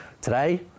today